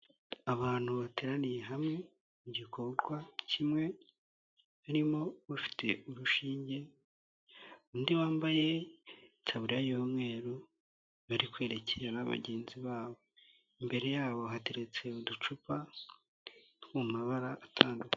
Abantu bateraniye hamwe mu gikorwa kimwe, harimo bafite urushinge, undi wambaye itaburiya y'umweru, bari kwerekana na bagenzi babo, imbere yabo hateretse uducupa turi mu mabara atandukanye.